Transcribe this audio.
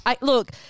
Look